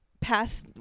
Past